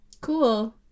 Cool